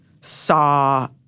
saw